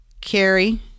Carrie